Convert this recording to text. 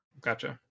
gotcha